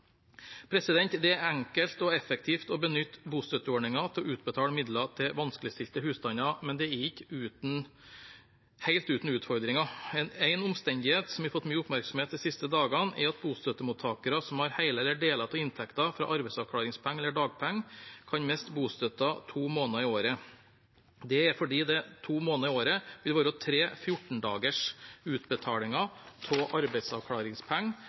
Det er enkelt og effektivt å benytte bostøtteordningen til å utbetale midler til vanskeligstilte husstander, men det er ikke helt uten utfordringer. En omstendighet som har fått mye oppmerksomhet de siste dagene, er at bostøttemottakere som har hele eller deler av inntekten fra arbeidsavklaringspenger eller dagpenger, kan miste bostøtten to måneder i året. Det er fordi det to måneder i året vil være tre 14-dagers utbetalinger av arbeidsavklaringspenger